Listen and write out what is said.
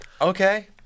Okay